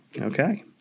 Okay